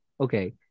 okay